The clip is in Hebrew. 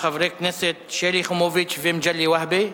של חברי הכנסת שלי יחימוביץ ומגלי והבה.